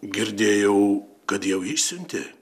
girdėjau kad jau išsiuntė